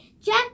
Jack